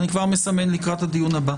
אני כבר מסמן את זה לקראת הדיון הבא.